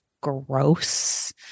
gross